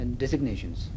designations